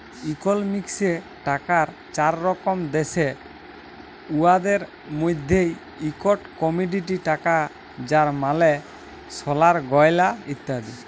ইকলমিক্সে টাকার চার রকম দ্যাশে, উয়াদের মইধ্যে ইকট কমডিটি টাকা যার মালে সলার গয়লা ইত্যাদি